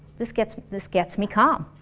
this gets this gets me calm.